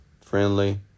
friendly